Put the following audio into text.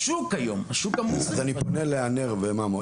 אני פונה לענר ולממו,